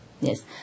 Yes